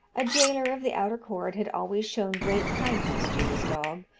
a jailor of the outer court had always shown great kindness to this dog,